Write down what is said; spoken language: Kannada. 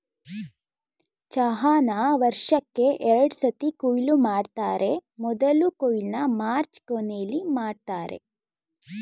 ಚಹಾನ ವರ್ಷಕ್ಕೇ ಎರಡ್ಸತಿ ಕೊಯ್ಲು ಮಾಡ್ತರೆ ಮೊದ್ಲ ಕೊಯ್ಲನ್ನ ಮಾರ್ಚ್ ಕೊನೆಲಿ ಮಾಡ್ತರೆ